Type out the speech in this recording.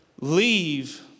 leave